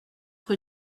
rue